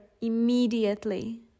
immediately